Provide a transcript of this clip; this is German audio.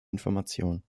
information